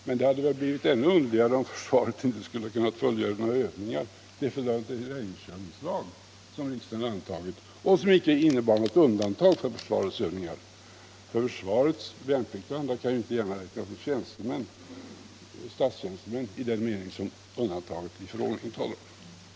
Men det hade väl blivit ännu underligare om försvaret inte hade kunnat fullgöra sina Övningar på grund av den terrängkörningslag som riksdagen hade antagit, och som inte gjorde undantag för försvarets övningar. Värnpliktiga och andra kan inte gärna räknas som statstjänstemän i den mening som undantaget i förordningen talar om.